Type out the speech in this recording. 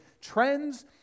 trends